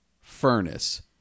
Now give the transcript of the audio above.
furnace